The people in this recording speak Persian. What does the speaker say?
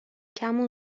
کمون